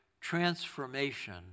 transformation